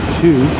two